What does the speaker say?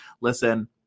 listen